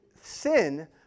sin